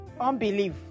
unbelief